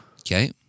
Okay